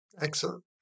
Excellent